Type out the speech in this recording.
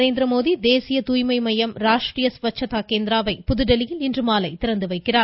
நரேந்திரமோடி தேசிய தூய்மை மையம் ராஷ்ட்ரிய ஸ்வச்சதா கேந்திரா வை புதுதில்லியில் இன்றுமாலை திறந்து வைக்கிறார்